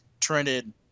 trended